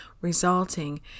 resulting